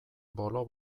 bolo